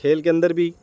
کھیل کے اندر بھی